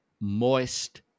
moist